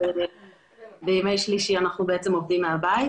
בימי שלישי אנחנו עובדים מהבית.